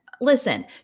listen